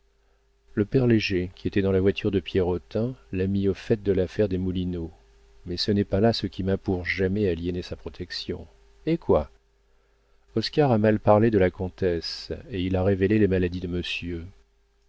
le père léger qui était dans la voiture de pierrotin l'a mis au fait de l'affaire des moulineaux mais ce n'est pas là ce qui m'a pour jamais aliéné sa protection hé quoi oscar a mal parlé de la comtesse et il a révélé les maladies de monsieur